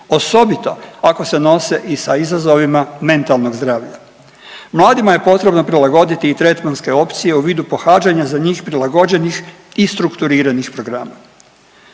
osobito ako se nose i sa izazovima mentalnog zdravlja. Mladima je potrebno prilagoditi i tretmanske opcije u vidu pohađanja za njih prilagođenih i strukturiranih programa.